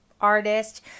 artist